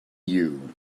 you